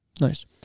Nice